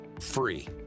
free